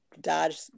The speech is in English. dodge